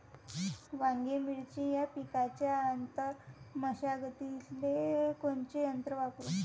वांगे, मिरची या पिकाच्या आंतर मशागतीले कोनचे यंत्र वापरू?